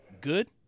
Good